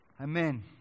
Amen